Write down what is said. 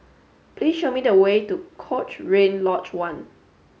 please show me the way to Cochrane Lodge One